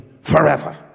forever